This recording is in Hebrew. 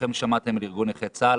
כולכם שמעתם על ארגון נכי צה"ל,